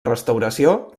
restauració